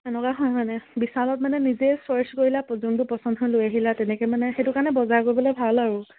এনেকুৱা হয় মানে বিশালত মানে নিজে ছাইচ কৰিলা যোনটো পচন্দ হৈ লৈ আহিলা তেনেকে মানে সেইটো কাৰণে বজাৰ কৰিবলৈ ভাল আৰু